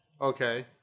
Okay